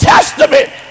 Testament